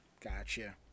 Gotcha